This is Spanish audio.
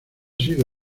sido